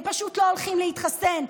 הם פשוט לא הולכים להתחסן.